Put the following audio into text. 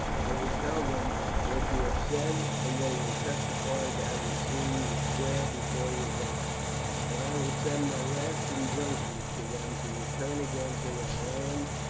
i will tell them what you have said, and they will testify to having seen you swear before your gods and i will send my last injunctions to them to return again to their land,